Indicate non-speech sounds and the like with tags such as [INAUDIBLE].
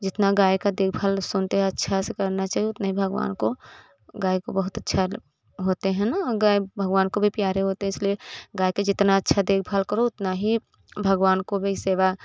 जितना गाय का देखभाल सुनते हैं अच्छा से करना चाहिए उतना ही भगवान को गाय को बहुत अच्छा [UNINTELLIGIBLE] होते हैं न गाय भगवान को भी प्यारे होते हैं इसलिए गाय के जितना अच्छा देखभाल करो उतना ही भगवान को वही सेवा